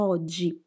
Oggi